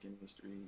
industry